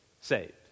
saved